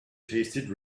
tasted